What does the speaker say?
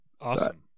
awesome